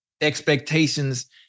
expectations